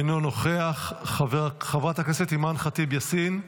אינו נוכח, חברת הכנסת אימאן ח'טיב יאסין,